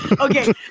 Okay